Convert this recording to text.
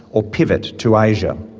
or pivot, to asia.